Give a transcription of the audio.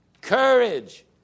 courage